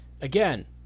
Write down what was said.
again